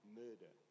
murder